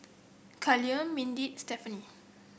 Callum Mindi Stephanie